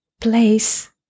place